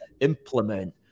implement